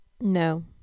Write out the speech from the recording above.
No